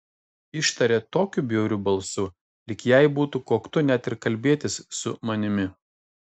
ištarė tokiu bjauriu balsu lyg jai būtų koktu net ir kalbėtis su manimi